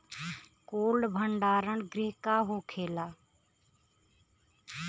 Cold भण्डार गृह का होखेला?